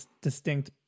distinct